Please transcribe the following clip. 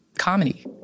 Comedy